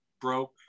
broke